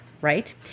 right